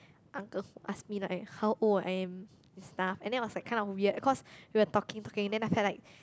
uncles ask me like how old I am and stuff and then it was like kind of weird cause we were talking talking then after that like